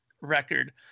record